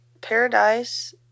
paradise